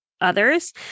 others